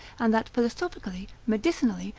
and that philosophically, medicinally,